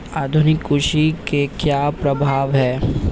आधुनिक कृषि के क्या प्रभाव हैं?